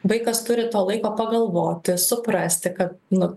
vaikas turi to laiko pagalvoti suprasti kad nu